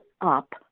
up